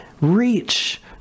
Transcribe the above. reach